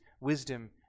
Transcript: wisdom